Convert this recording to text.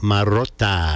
Marotta